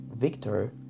Victor